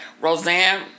Roseanne